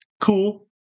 cool